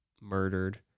murdered